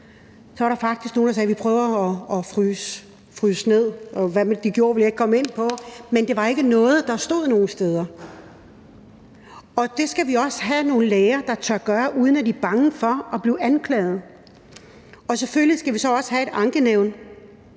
var der faktisk nogle, der sagde: Vi prøver at fryse ned. Hvad de gjorde, vil jeg ikke komme ind på, men det var ikke noget, der stod nogen steder. Det skal vi også have nogle læger der tør gøre, uden at de er bange for at blive anklaget. Og selvfølgelig skal vi så også have et ankenævn,